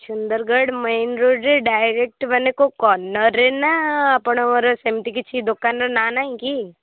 Sundargarh main ରୋଡ଼୍ରେ direct ମାନେ କେଉଁ କର୍ଣ୍ଣର୍ରେ ନା ଆପଣଙ୍କର ସେମିତି କିଛି ଦୋକାନର ନାଁ ନାହିଁ କି